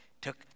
took